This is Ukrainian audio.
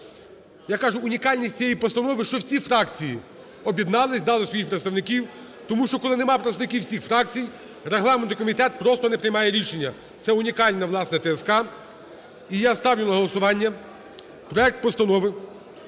Яка ж унікальність цієї постанови, що всі фракції об'єднались, дали своїх представників. Тому що, коли нема представників всіх фракцій, регламентний комітет просто не приймає рішення. Це унікальна, власне, ТСК. І я ставлю на голосування проект Постанови